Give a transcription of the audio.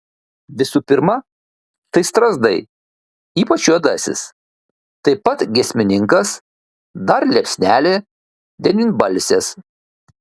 visų pirma tai strazdai ypač juodasis taip pat giesmininkas dar liepsnelė devynbalsės